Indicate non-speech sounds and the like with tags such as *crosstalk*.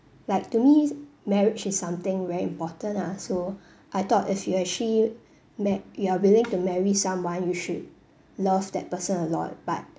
like to me is marriage is something very important ah so *breath* I thought if you actually mar~ you are willing to marry someone you should love that person a lot but